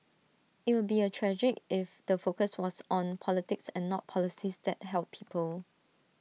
IT would be A tragic if the focus was on politics and not policies that help people